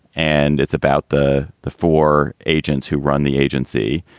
and it's about the the four agents who run the agency.